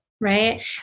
Right